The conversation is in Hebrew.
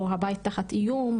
או הבית תחת איום,